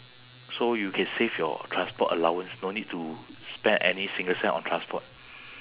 so you can save your transport allowance no need to spend any single cent on transport